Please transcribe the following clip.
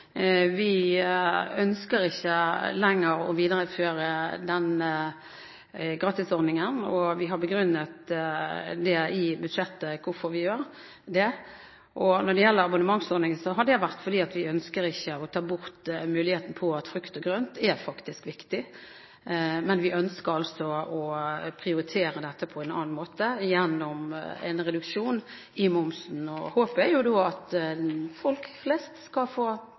Vi ønsker ikke lenger å videreføre gratisordningen, og vi har i budsjettinnstillingen begrunnet hvorfor. Når det gjelder abonnementsordningen, har grunnen vært at vi ikke ønsker å ta bort muligheten, for frukt og grønt er faktisk viktig. Men vi ønsker altså å prioritere dette på en annen måte, gjennom en reduksjon i momsen. Håpet er da at folk flest skal få